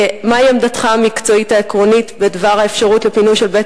מהי עמדתך המקצועית העקרונית בדבר האפשרות לפינוי של "בית